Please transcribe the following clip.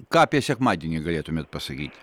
ką apie sekmadienį galėtumėt pasakyt